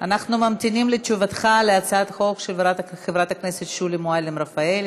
אנחנו ממתינים לתשובתך על הצעת החוק של חברת הכנסת שולי מועלם-רפאלי.